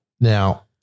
Now